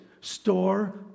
store